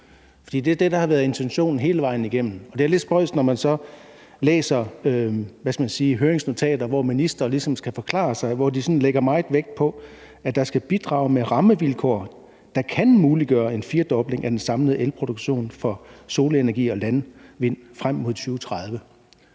det er det, der har været intention hele vejen igennem. Det er lidt spøjst, når man så læser notater, hvor ministre ligesom skal forklare sig, og hvor de lægger meget på, at der skal bidrages med rammevilkår, der kan muliggøre en firdobling af den samlede elproduktion for solenergi og landvind frem mod 2020.